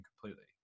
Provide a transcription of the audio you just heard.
completely